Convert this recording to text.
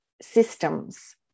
systems